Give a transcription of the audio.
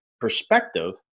perspective